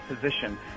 position